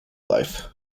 life